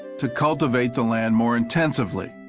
to cultivate the land more intently.